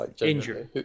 Injury